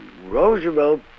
Roosevelt